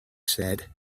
said